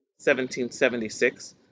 1776